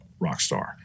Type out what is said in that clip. Rockstar